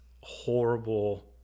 horrible